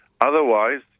Otherwise